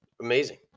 Amazing